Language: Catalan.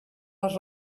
les